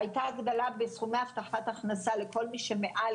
מהעלאת גיל הפרישה לנשים.